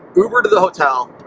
uber to the hotel,